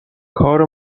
کار